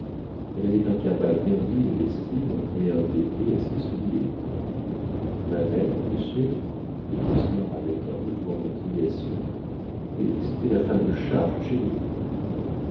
elle avait un cabas bien digne d'estime et un béquet à ses souliers ma mère monsieur dit oscar avec un mouvement d'indignation eh c'était la femme de charge de chez nous